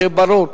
שיהיה ברור.